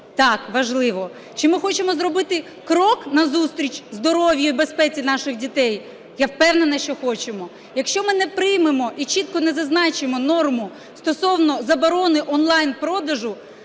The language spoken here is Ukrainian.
Так, важливо. Чи ми хочемо зробити крок назустріч здоров'ю і безпеці наших дітей? Я впевнена, що хочемо. Якщо ми не приймемо і чітко не зазначимо норму стосовно заборони онлайн-продажу,